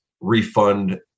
refund